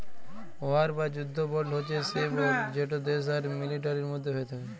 war বা যুদ্ধ বল্ড হছে সে বল্ড যেট দ্যাশ আর মিলিটারির মধ্যে হ্যয়ে থ্যাকে